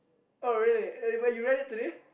oh really uh but you read it today